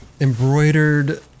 embroidered